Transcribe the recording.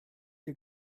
ihr